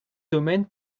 domaines